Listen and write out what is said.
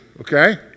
okay